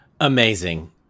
Amazing